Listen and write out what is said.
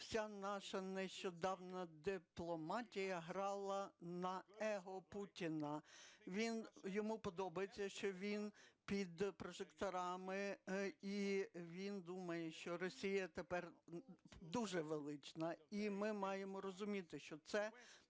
Вся наша нещодавня дипломатія грала на его Путіна, йому подобається, що він під прожекторами, і він думає, що Росія тепер дуже велична. І ми маємо розуміти, що це